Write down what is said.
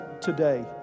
today